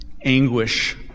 anguish